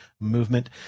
movement